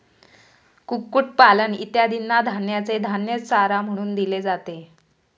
कुक्कुटपालन इत्यादींना धान्याचे धान्य चारा म्हणून दिले जाते